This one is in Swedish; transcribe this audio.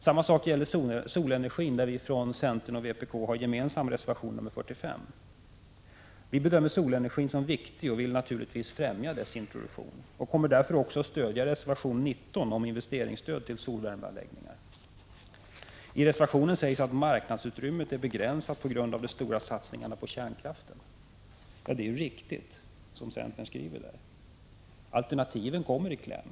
Samma sak gäller solenergin, där vi från centern och vpk har en gemensam reservation, nr 45. Vi bedömer solenergin som viktig. Vi vill naturligtvis främja dess introduktion och kommer därför också att stödja reservation 19 om investeringsstöd till solvärmeanläggningar. I reservation 19 sägs att marknadsutrymmet är begränsat på grund av de stora satsningarna på kärnkraft. Det som centern skriver där är riktigt. Alternativen kommer i kläm.